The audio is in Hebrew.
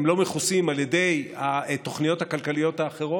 ולא מכוסים על ידי התוכניות הכלכליות האחרות,